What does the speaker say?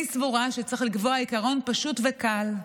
אני סבורה שצריך לקבוע עיקרון פשוט וקל: